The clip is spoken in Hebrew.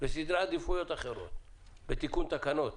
וסדרי עדיפויות אחרים בתיקון תקנות,